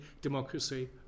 democracy